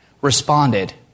responded